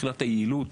מבחינת היעילות